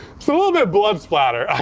so little bit blood splatter,